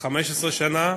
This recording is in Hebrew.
15 שנה.